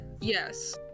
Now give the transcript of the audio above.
Yes